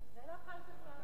נו, גם אתה היית שם.